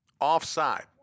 offside